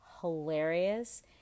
hilarious